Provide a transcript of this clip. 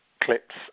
clips